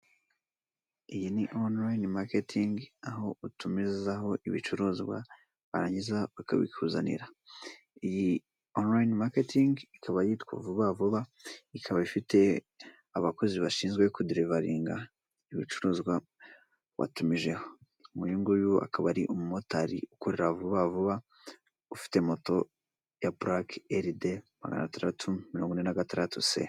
Iyi ni online marketing, aho utumizaho ibicuruzwa barangiza bakabikuzanira. Iyi online marketing ikaba yitwa Vuba Vuba, ikaba ifite abakozi bashinzwe kuderivaringa ibicuruzwa watumijeho. Uyu nguyu akaba ari umumotari ukorera Vuba Vuba ufite moto ya pulake RD 646 C.